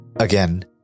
Again